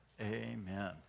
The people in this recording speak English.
amen